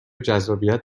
جذابیت